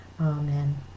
Amen